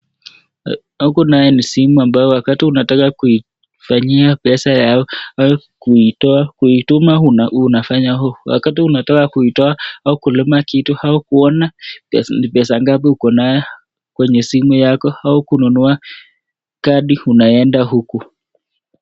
Huku naye ni simu ambayo wakati unataka kuifanyia pesa au kuitoa au kutuma unafanya huku, wakati unataka kuituma au kuona ni pesa ngapi uko naye kwenye simu yako au kununua kadi unaenda huku.